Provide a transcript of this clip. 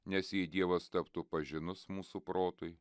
nes jei dievas taptų pažinus mūsų protui